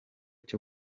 cyo